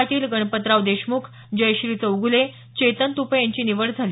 पाटील गणपतराव देशमुख जयश्री चौगुले चेतन तुपे यांची निवड झाली